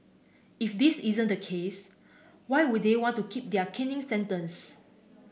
if this isn't the case why would they want to keep their caning sentence